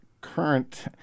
current